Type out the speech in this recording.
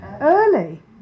early